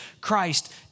Christ